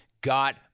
got